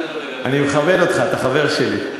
אני מכבד אותך, אתה חבר שלי.